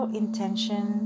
intention